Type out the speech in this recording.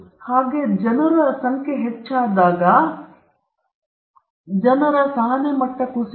ಈಗ ನಿಮ್ಮ ನಿಜವಾದ ಆಸ್ತಿಯ ಬಳಕೆಯನ್ನು ಬಳಸಲು ಅಥವಾ ಹೆಚ್ಚಿಸಲು ನೀವು ಮಾಡುವಂತಹವುಗಳು ಇವು ನಿಮ್ಮ ಕೊಠಡಿ